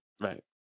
Right